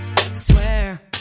Swear